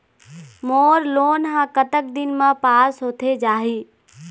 मोर loan हा कतक दिन मा पास होथे जाही?